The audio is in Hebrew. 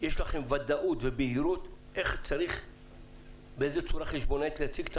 יש לכם ודאות ובהירות באיזו צורה חשבונאית יש להציג,